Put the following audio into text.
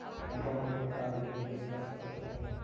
मैं कोन कोन प्रकार ले निवेश कर सकत हओं?